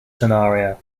scenario